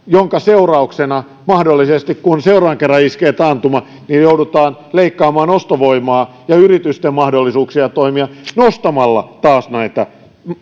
minkä seurauksena mahdollisesti kun seuraavan kerran iskee taantuma joudutaan leikkaamaan ostovoimaa ja yritysten mahdollisuuksia toimia nostamalla taas näitä